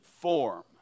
form